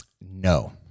No